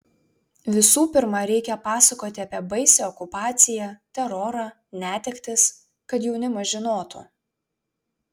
visų pirma reikia pasakoti apie baisią okupaciją terorą netektis kad jaunimas žinotų